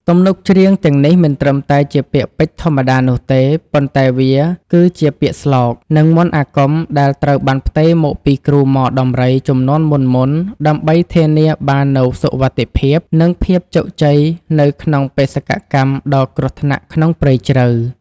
ទំនុកច្រៀងទាំងនេះមិនត្រឹមតែជាពាក្យពេចន៍ធម្មតានោះទេ ប៉ុន្តែវាគឺជាពាក្យស្លោក និងមន្តអាគមដែលត្រូវបានផ្ទេរមកពីគ្រូហ្មដំរីជំនាន់មុនៗ ដើម្បីធានាបាននូវសុវត្ថិភាព និងភាពជោគជ័យនៅក្នុងបេសកកម្មដ៏គ្រោះថ្នាក់ក្នុងព្រៃជ្រៅ។